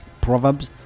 Proverbs